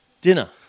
dinner